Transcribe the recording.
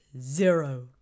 zero